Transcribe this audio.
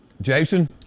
Jason